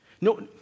No